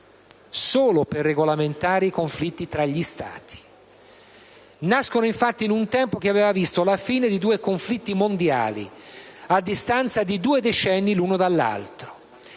nascono per regolamentare i conflitti tra gli Stati: solo per questo scopo. Nascono infatti in un tempo che aveva visto la fine di due conflitti mondiali, a distanza di due decenni l'uno dall'altro.